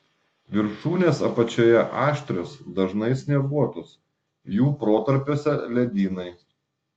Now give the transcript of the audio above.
viršūnės apačioje aštrios dažnai snieguotos jų protarpiuose ledynai